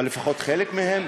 אבל לפחות חלק מהם,